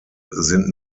sind